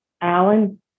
Alan